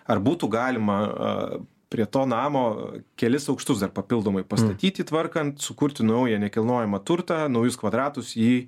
ar būtų galima prie to namo kelis aukštus dar papildomai pastatyti tvarkant sukurti naują nekilnojamą turtą naujus kvadratus jį